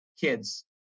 kids